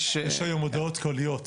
יש היום הודעות קוליות,